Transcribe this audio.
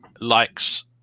likes